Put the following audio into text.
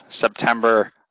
September